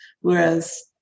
whereas